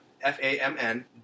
F-A-M-N